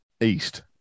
east